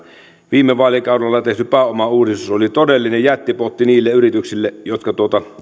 viime vaalikaudella tehty pääomauudistus oli todellinen jättipotti niille yrityksille jotka